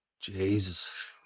Jesus